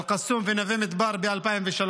אל-קסום ונווה מדבר, ב-2003.